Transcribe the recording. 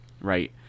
right